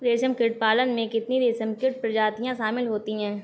रेशमकीट पालन में कितनी रेशमकीट प्रजातियां शामिल होती हैं?